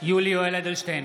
יולי יואל אדלשטיין,